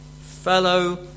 fellow